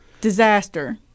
disaster